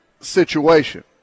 situation